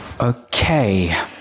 Okay